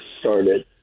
started